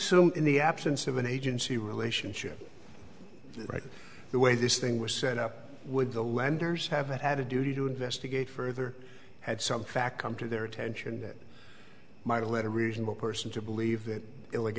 assume in the absence of an agency relationship right the way this thing was set up would the lenders have had a duty to investigate further had some fact come to their attention that might lead a reasonable person to believe that